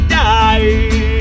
die